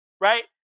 right